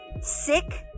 sick